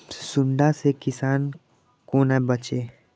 सुंडा से किसान कोना बचे?